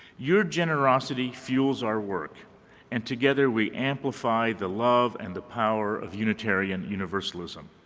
your generosity fuels our work and together we amplify the love and the power of unitarian universalism.